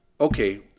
okay